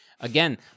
again